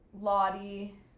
Lottie